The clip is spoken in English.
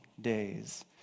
days